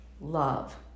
love